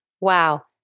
Wow